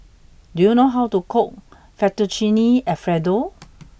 do you know how to cook Fettuccine Alfredo